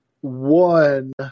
one